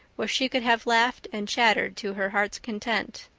where she could have laughed and chattered to her heart's content.